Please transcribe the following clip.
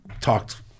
talked